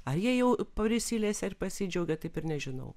ar jie jau prisilesė ir pasidžiaugė taip ir nežinau